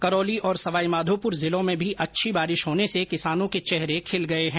करौली और सवाई माघोपूर जिलों में भी अच्छी बारिश होने से किसानों के चेहरे खिल गए हैं